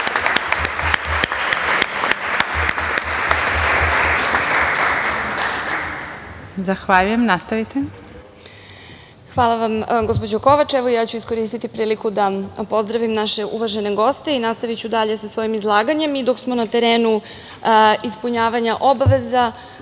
Kovačević** Hvala vam, gospođo Kovač. Iskoristiću priliku da pozdravim naše uvažene goste i nastaviću dalje sa svojim izlaganjem. Dok smo na terenu ispunjavanja obaveza